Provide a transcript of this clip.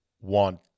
want